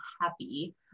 happy